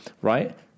right